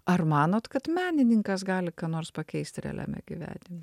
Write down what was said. ar manot kad menininkas gali ką nors pakeisti realiame gyvenime